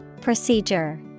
Procedure